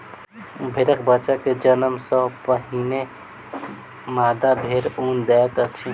भेड़क बच्चा के जन्म सॅ पहिने मादा भेड़ ऊन दैत अछि